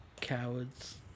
Cowards